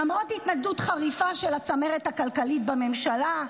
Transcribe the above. למרות התנגדות חריפה של הצמרת הכלכלית בממשלה,